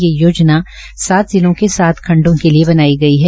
यह योजना सात जिलों के सात खंडों के लिये बनाई है